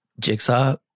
jigsaw